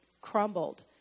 crumbled